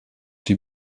die